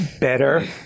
better